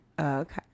okay